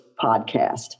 podcast